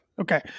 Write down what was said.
Okay